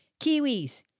Kiwis